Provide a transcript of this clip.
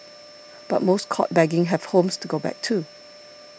but most caught begging have homes to go back to